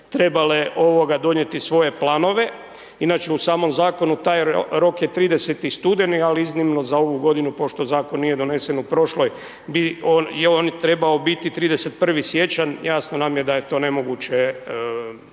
trebale donijeti svoje planove. Inače, u samom Zakonu, taj rok je 30. studeni, ali iznimno za ovu godinu, pošto Zakon nije donesen u prošloj, je on trebao biti 31. siječanj, jasno nam je da je to nemoguće